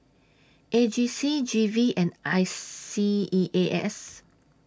A G C G V and I S E A S